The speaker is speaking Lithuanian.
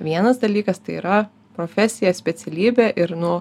vienas dalykas tai yra profesija specialybė ir nu